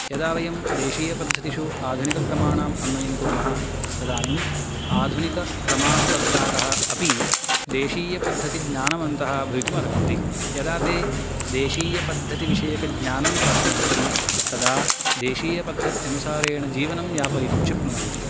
यदा वयं देशीयपद्धतिषु आधुनिकक्रमाणाम् अन्वयङ्कुर्मः तदानीम् आधुनिकक्रमानुसर्तारः अपि देशीयपद्धतिज्ञानवन्तः भवितुम् अर्हन्ति यदा ते देशीयपद्धतिविषयकज्ञानं प्राप्नुवन्ति तदा देशीयपद्धत्यनुसारेण जीवनं यापयितुं शक्नुवन्ति